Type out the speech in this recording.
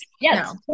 Yes